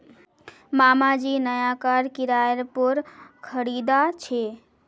मामा जी नया कार किराय पोर खरीदा छे